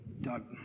Doug